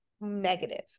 negative